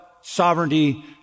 sovereignty